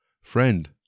Friend